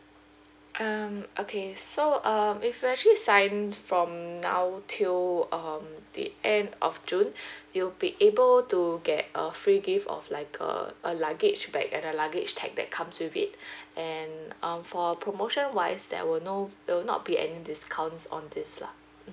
um okay so um if you actually sign from now till um the end of june you'll be able to get a free give of like err a luggage bag and the luggage tag that comes with it and um for promotion wise that will no there will not be any discounts on this lah